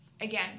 again